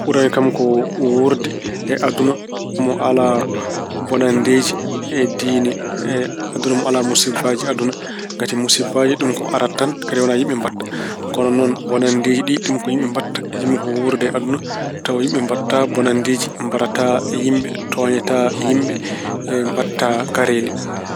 Ɓurani kam ko wuurde e aduna mo alaa bonnandeeji e diine aduna mo alaa musibbaaji aduna. Ngati musibbaaji ɗum ko ko arata tan kadi wonaa yimɓe mbaɗta. Kono noon bonnandeeji ɗi, ɗiin ko yimɓe mbaɗta. Njiɗmi ko wuurde e aduna tawa yimɓe mbaɗataa bonnandeeji, mbarataa yimɓe, tooñataa yimɓe, e mbaɗataa karelli.